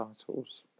titles